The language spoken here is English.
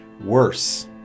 worse